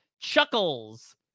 Chuckles